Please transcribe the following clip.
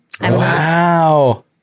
Wow